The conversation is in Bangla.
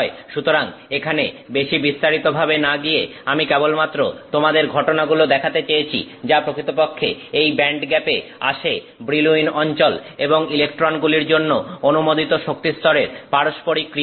সুতরাং এখানে বেশী বিস্তারিতভাবে না গিয়ে আমি কেবলমাত্র তোমাদের ঘটনাগুলো দেখাতে চেয়েছি যা প্রকৃতপক্ষে এই ব্যান্ডগ্যাপ আসে ব্রিলউইন অঞ্চল এবং ইলেকট্রনগুলির জন্য অনুমোদিত শক্তিস্তরের পারস্পরিক ক্রিয়ার জন্য